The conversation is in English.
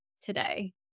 today